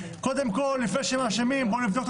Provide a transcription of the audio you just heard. קודם כול לפני שמאשימים בוא נבדוק את